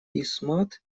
истмат